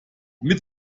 mit